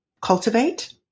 Cultivate